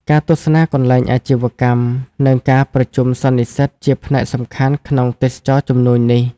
ការទស្សនាកន្លែងអាជីវកម្ម និងការប្រជុំសន្និសីទជាផ្នែកសំខាន់ក្នុងទេសចរណ៍ជំនួញនេះ។